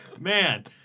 man